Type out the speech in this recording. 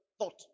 thought